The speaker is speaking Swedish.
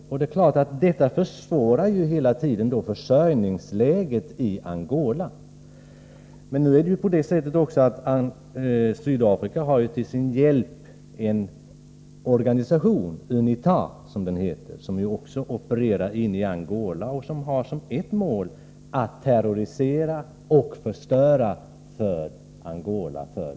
Det försvårar ju hela tiden försörjningsläget i Angola. Sydafrika har till sin hjälp en organisation, UNITA, som också opererar i Angola och har som mål att terrorisera och förstöra för Angola.